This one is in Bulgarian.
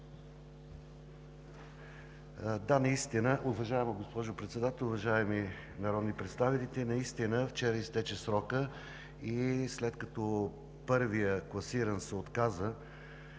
АНАНИЕВ: Уважаема госпожо Председател, уважаеми народни представители! Да, наистина вчера изтече срокът и след като първият класиран се отказа,